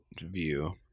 view